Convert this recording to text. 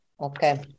Okay